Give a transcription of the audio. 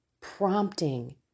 prompting